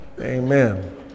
Amen